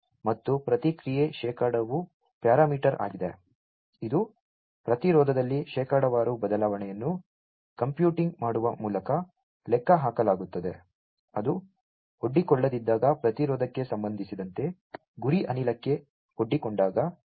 ಮತ್ತು ಪ್ರತಿಕ್ರಿಯೆ ಶೇಕಡಾವು ಪ್ಯಾರಾಮೀಟರ್ ಆಗಿದೆ ಇದು ಪ್ರತಿರೋಧದಲ್ಲಿ ಶೇಕಡಾವಾರು ಬದಲಾವಣೆಯನ್ನು ಕಂಪ್ಯೂಟಿಂಗ್ ಮಾಡುವ ಮೂಲಕ ಲೆಕ್ಕಹಾಕಲಾಗುತ್ತದೆ ಅದು ಒಡ್ಡಿಕೊಳ್ಳದಿದ್ದಾಗ ಪ್ರತಿರೋಧಕ್ಕೆ ಸಂಬಂಧಿಸಿದಂತೆ ಗುರಿ ಅನಿಲಕ್ಕೆ ಒಡ್ಡಿಕೊಂಡಾಗ